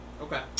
Okay